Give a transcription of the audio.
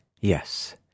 Yes